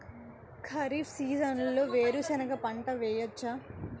ఖరీఫ్ సీజన్లో వేరు శెనగ పంట వేయచ్చా?